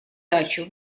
дачу